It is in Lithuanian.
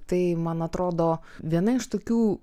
tai man atrodo viena iš tokių